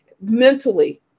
mentally